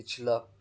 پچھلا